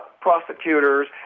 prosecutors